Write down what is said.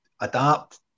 adapt